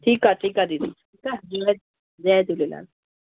ठीकु आहे ठीकु आहे दीदी ठीकु आहे जय जय झूलेलाल